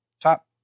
Top